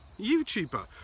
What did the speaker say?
YouTuber